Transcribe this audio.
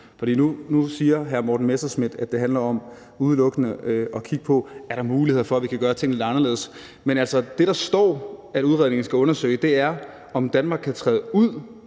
nu siger hr. Morten Messerschmidt, at det udelukkende handler om at kigge på, om der er muligheder for, at vi kan gøre tingene lidt anderledes. Men det, der står at udredningen skal undersøge, er, om Danmark kan træde ud